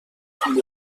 amb